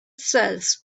says